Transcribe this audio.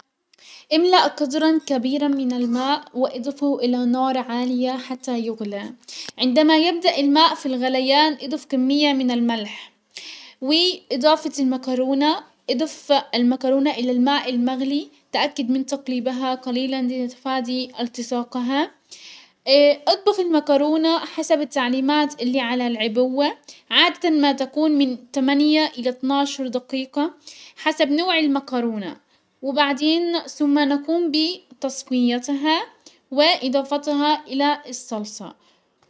املأ قدرا كبيرا من الماء واضفه الى نار عالية حتى يغلى، عندما يبدأ الماء في الغليان اضف كمية من الملح واضافة المكرونة، اضف المكرونة الى الماء المغلي، تأكد من تقليبها قليلا لتفادي التصاقها، اطبخ المكرونة حسب التعليمات اللي على العبوة عادة ما تكون من تمانية الى اتناشر دقيقة، حسب نوع المكرونة، وبعدين سم نقوم بتصفيتها واضافتها الى الصلصة.